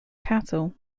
cattle